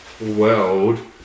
world